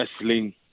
wrestling